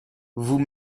vous